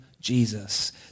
Jesus